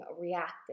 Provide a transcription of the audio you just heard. reactive